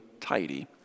tidy